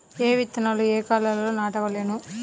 ఏ విత్తనాలు ఏ కాలాలలో నాటవలెను?